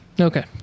Okay